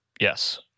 Yes